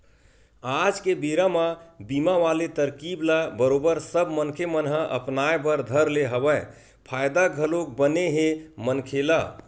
आज के बेरा म बीमा वाले तरकीब ल बरोबर सब मनखे मन ह अपनाय बर धर ले हवय फायदा घलोक बने हे मनखे ल